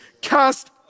cast